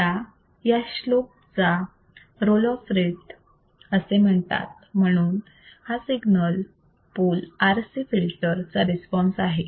आता या स्लोप ला रोल ऑफ रेट असे म्हणतात म्हणून हा सिंगल पोल RC फिल्टर चा रिस्पॉन्स आहे